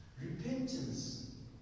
Repentance